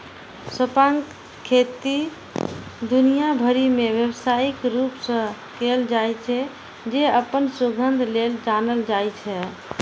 सौंंफक खेती दुनिया भरि मे व्यावसायिक रूप सं कैल जाइ छै, जे अपन सुगंध लेल जानल जाइ छै